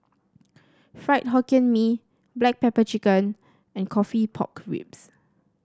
Fried Hokkien Mee Black Pepper Chicken and coffee Pork Ribs